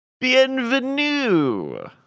Bienvenue